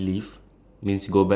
which would it be